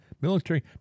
Military